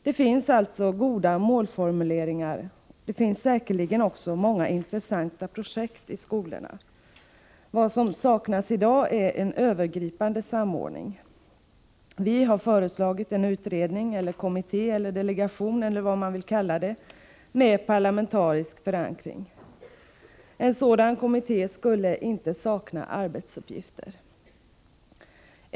Det finns alltså goda målformuleringar, och det finns säkert också många intressanta projekt i skolorna. Vad som saknas i dag är en övergripande samordning. Vi har föreslagit en utredning, en kommitté, en delegation, eller vad man vill kalla det, med parlamentarisk förankring. En sådan kommitté skulle inte sakna arbetsuppgifter.